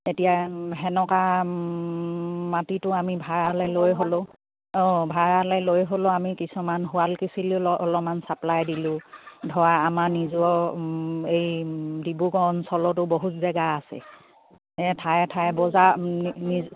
এতিয়া তেনেকুৱা মাটিটো আমি ভাড়ালৈ লৈ হ'লেও অঁ ভাড়ালৈ লৈ হ'লেও আমি কিছুমান শুৱালকুছিলৈ অলপমান চাপ্লাই দিলোঁ ধৰা আমাৰ নিজৰ এই ডিব্ৰুগড় অঞ্চলতো বহুত জেগা আছে এ ঠায়ে ঠায়ে বজাৰ নিজ